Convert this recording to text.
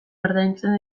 ordaintzen